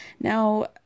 now